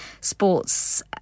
sports